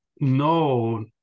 no